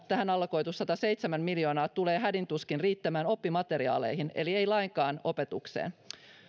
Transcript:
tähän allokoitu sataseitsemän miljoonaa tulee hädin tuskin riittämään oppimateriaaleihin eli ei lainkaan opetukseen